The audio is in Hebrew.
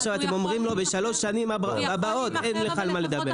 עכשיו אתם אומרים לו בשלוש השנים הבאות אין לך על מה לדבר.